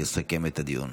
יסכם את הדיון.